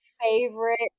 favorite